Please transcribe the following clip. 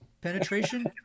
penetration